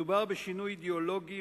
מדובר בשינוי אידיאולוגי,